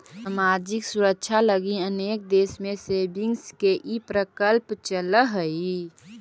सामाजिक सुरक्षा लगी अनेक देश में सेविंग्स के ई प्रकल्प चलऽ हई